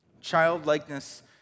Childlikeness